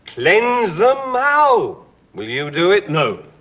cleanse them? how? will you do it? no.